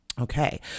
Okay